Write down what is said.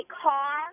car